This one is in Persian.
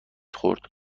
خورد